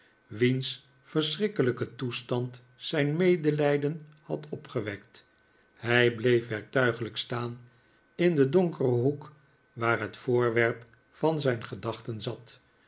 wiens verschrikkelijke toestand zijn medelijden had opgewekt hij bleef werktuiglijk staan in den donkeren hoek waar het voorwerp van zijn gedachten zat